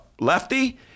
lefty